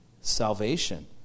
salvation